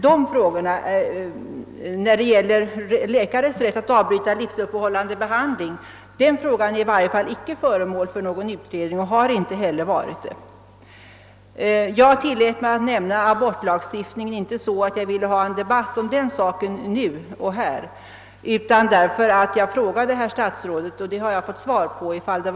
I varje fall är inte frågan om läkarens rätt att avbryta en livsuppehållande behandling under utredning och har inte heller varit det. Jag tillät mig också nämna frågan om abortlagstiftningen. Jag gjorde det inte därför att jag här och nu ville få till stånd en debatt utan för att få svar på en fråga som jag ställde till herr statsrådet.